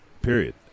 period